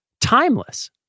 timeless